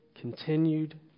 continued